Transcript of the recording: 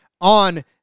on